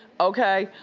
okay?